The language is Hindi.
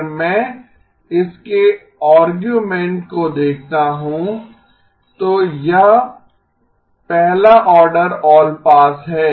अगर मैं इसके आर्गुमेंट को देखता हूं तो यह पहला ऑर्डर ऑलपास है